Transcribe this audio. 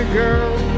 girl